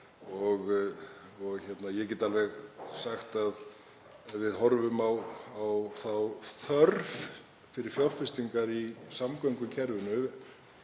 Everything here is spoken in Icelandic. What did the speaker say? og ég get alveg sagt að þegar við horfum á þörfina fyrir fjárfestingar í samgöngukerfinu,